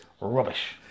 Rubbish